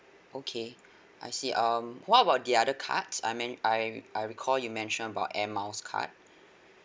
okay I see um what about the other cards I meant I I recall you mentioned about air miles card